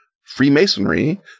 Freemasonry